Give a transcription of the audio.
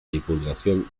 divulgación